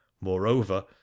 moreover